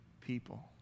people